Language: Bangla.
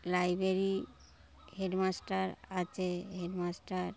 লাইব্রেরি হেডমাস্টার আছে হেডমাস্টার